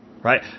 Right